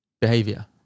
behavior